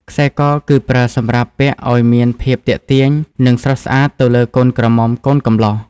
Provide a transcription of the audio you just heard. ខ្សែក គឺប្រើសម្រាប់ពាក់អោយមានភាពទាក់ទាញនិងស្រស់ស្អាតទៅលើកូនក្រមុំកូនកំលោះ។